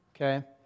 okay